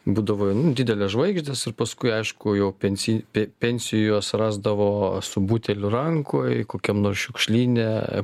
būdavo didelės žvaigždės ir paskui aišku jau pensi pe pensijoj juos rasdavo su buteliu rankoj kokiam nors šiukšlyne